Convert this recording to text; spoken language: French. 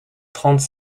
trente